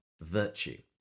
virtue